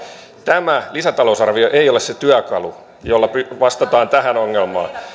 tämä lisätalousarvio ei ole se työkalu jolla vastataan tähän ongelmaan